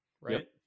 right